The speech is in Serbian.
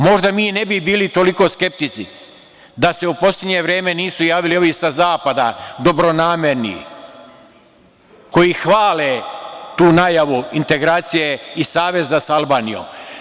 Možda mi ne bi bili toliki skeptici da se u poslednje vreme nisu javili ovi sa zapada dobronamerni, koji hvale tu najavu integracije i saveza sa Albanijom.